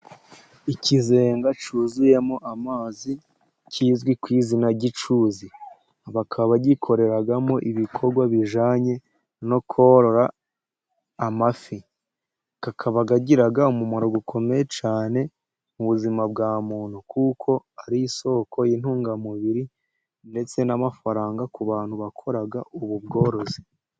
Ikizenga cyuzuyemo amazi kizwi ku izina ry'icyuzi, bakaba bagikoreramo ibikorwa bijyanye no korora amafi, akaba agira umumaro ukomeye cyane mu buzima bwa muntu kuko ari isoko y'intungamubiri, ndetse n'amafaranga ku bantu bakora ubu bworozi.